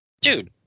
dude